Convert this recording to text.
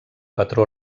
patró